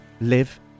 live